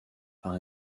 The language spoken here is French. par